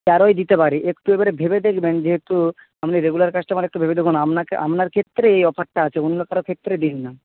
তেরোয় দিতে পারি একটু এবারে ভেবে দেখবেন যেহেতু আপনি রেগুলার কাস্টমার একটু ভেবে দেখুন আপনাকে আপনার ক্ষেত্রে এই অফারটা আছে অন্য কারো ক্ষেত্রে দিই না